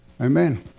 Amen